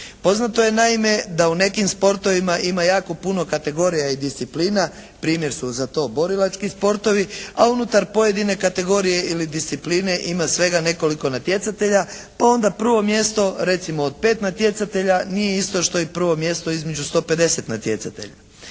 Poznato je naime da u nekim sportovima ima jako puno kategorija i disciplina, primjer su za to borilački sportovi, a unutar pojedine kategorije ili discipline ima svega nekoliko natjecatelja pa onda prvo mjesto recimo od 5 natjecatelja nije isto što i prvo mjesto između 150 natjecatelja.